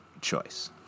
choice